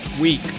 week